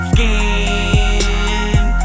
Skin